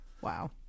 Wow